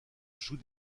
jouent